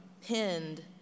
pinned